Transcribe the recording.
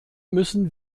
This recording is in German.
müssen